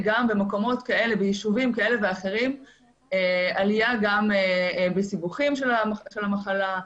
נראה ביישובים כאלה ואחרים עלייה בסיבוכים של המחלה,